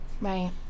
Right